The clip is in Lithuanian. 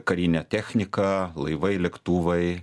karinė technika laivai lėktuvai